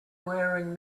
wearing